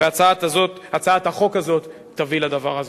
והצעת החוק הזאת תביא לדבר הזה.